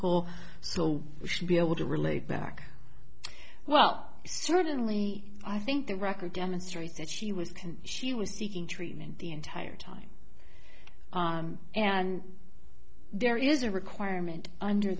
physical so we should be able to relate back well certainly i think the record demonstrates that she was she was seeking treatment the entire time and there is a requirement under